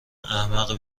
احمق